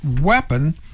weapon